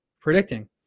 predicting